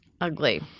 Ugly